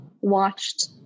watched